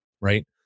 Right